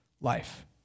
life